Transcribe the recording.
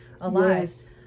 alive